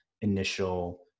initial